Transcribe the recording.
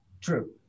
True